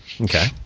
Okay